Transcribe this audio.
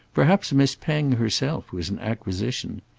perhaps miss penge herself was an acquisition.